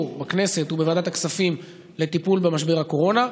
בכנסת ובוועדת הכספים לטיפול במשבר הקורונה.